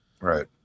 Right